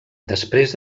després